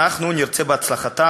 אנחנו נרצה בהצלחתם,